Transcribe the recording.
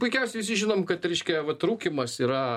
puikiausiai visi žinom kad reiškia vat rūkymas yra